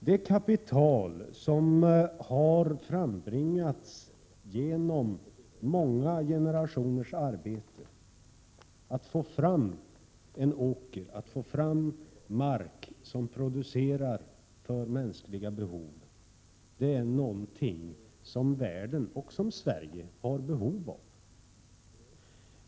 Det kapital som har frambringats genom många generationers arbete att få fram en åker, att få fram en mark som producerar för mänskliga behov är någonting som världen och Sverige behöver.